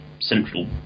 central